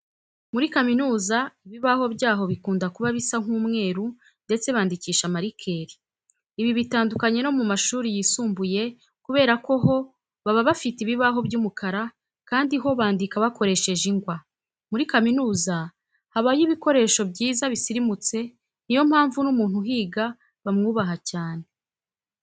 Muri kaminuza ibibaho byaho bikunda kuba bisa nk'umweru ndetse bandikisha marikeri. Ibi bitandukanye no mu mashuri yisumbuye kubera ko ho baba bafite ibibaho by'umukara kandi ho bandika bakoresheje ingwa. Muri kaminuza habayo ibikoresho byiza bisirimutse, niyo mpamvu n'umuntu uhiga bamwubaha cyane.